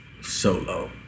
solo